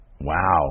Wow